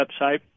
website